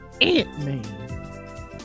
Ant-Man